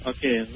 Okay